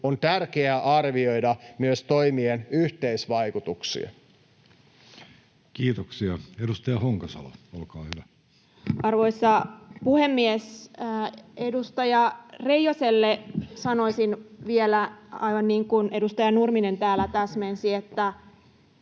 on tärkeää arvioida myös toimien yhteisvaikutuksia. Kiitoksia. — Edustaja Honkasalo, olkaa hyvä. Arvoisa puhemies! Edustaja Reijoselle sanoisin vielä, aivan niin kuin edustaja Nurminen täällä täsmensi, että